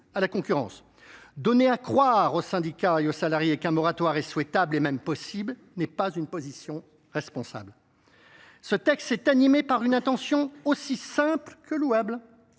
à la concurrence. Donner à croire aux syndicats et aux salariés qu’un moratoire est souhaitable, et même possible, n’est pas une position responsable. Ce texte est animé par une intention aussi simple que louable